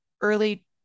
early